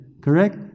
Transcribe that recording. Correct